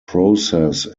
process